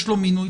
יש לו מינוי,